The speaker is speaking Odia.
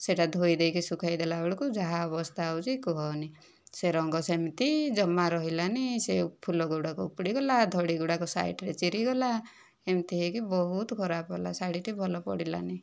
ସେହିଟା ଧୋଇ ଦେଇକି ଶୁଖାଇ ଦେଲା ବେଳକୁ ଯାହା ଅବସ୍ଥା ହେଉଛି କୁହନି ସେ ରଙ୍ଗ ସେମିତି ଜମା ରହିଲାନି ସେ ଫୁଲ ଗୁଡ଼ାକ ଉପୁଡ଼ି ଗଲା ଧଡ଼ି ଗୁଡ଼ାକ ସାଇଡ଼ରୁ ଚିରିଗଲା ଏମିତି ହୋଇକି ବହୁତ ଖରାପ ହେଲା ଶାଢ଼ୀଟି ଭଲ ପଡ଼ିଲାନି